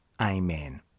Amen